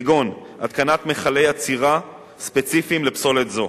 כגון התקנת מכלי אצירה ספציפיים לפסולת זו,